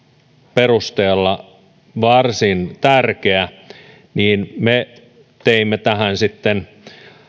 perusteella varsin tärkeä niin me teimme tähän sitten